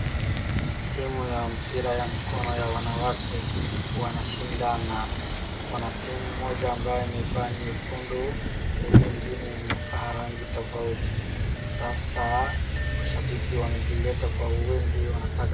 Timu ya mpira ya mkono ya wanawake wanashindana, kuna timu moja ambayo imefaa nyekundu na ingine imefaa rangi tofauti. Sasa washabiki wamejileta kwa wingi wanataka.